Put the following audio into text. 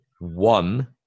one